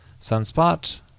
sunspot